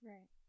Right